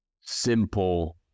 simple